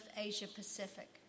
Asia-Pacific